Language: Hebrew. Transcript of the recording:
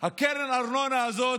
קרן הארנונה הזאת,